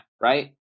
right